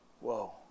Whoa